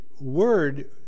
word